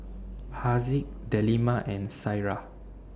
Haziq Delima and Syirah